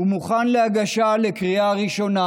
הוא מוכן להגשה לקריאה ראשונה.